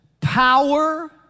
power